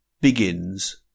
begins